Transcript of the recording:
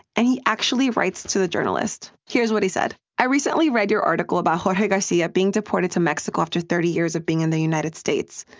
and he actually writes to the journalist here's what he said i recently read your article about jorge garcia being deported to mexico after thirty years of being in the united states.